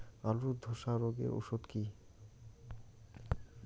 আলুর ধসা রোগের ওষুধ কি?